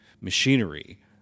machinery